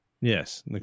Yes